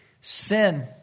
sin